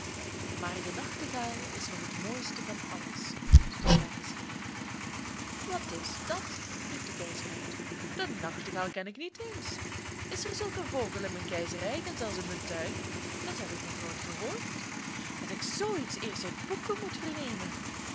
maar de nachtegaal is nog het mooiste van alles stond daar geschreven wat is dat riep de keizer uit den nachtegaal ken ik niet eens is er zulk een vogel in mijn keizerrijk en zelfs in mijn tuin dat heb ik nog nooit gehoord dat ik zoo iets eerst uit boeken moet vernemen